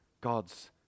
God's